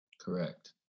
Correct